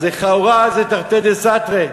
אז לכאורה זה תרתי דסתרי.